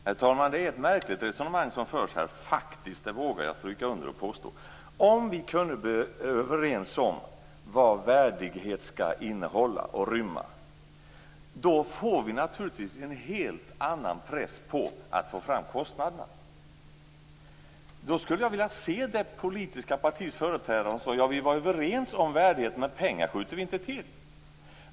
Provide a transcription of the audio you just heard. Herr talman! Det är ett märkligt resonemang som förs här - det vågar jag påstå. Om vi kunde vara överens om vad värdighet skall innehålla och rymma skulle vi naturligtvis få en helt annan press på att få fram kostnaderna. Då skulle jag vilja se det politiska partis företrädare som sade att "vi var överens om värdigheten men pengar skjuter vi inte till".